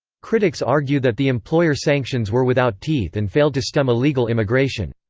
critics argue that the employer sanctions were without teeth and failed to stem illegal immigration.